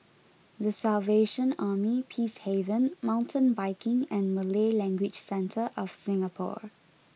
the Salvation Army Peacehaven Mountain Biking and Malay Language Centre of Singapore